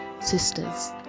Sisters